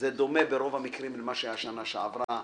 זה דומה ברוב המקרים למה שהיה בשנה שעברה.